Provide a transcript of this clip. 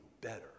better